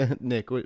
Nick